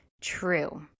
true